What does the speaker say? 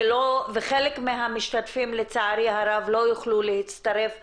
חלק מהמשתתפים לצערי הרב, לא יוכלו להצטרף לשיחה,